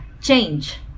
change